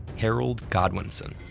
harold godwinson.